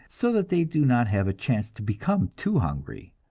so that they do not have a chance to become too hungry.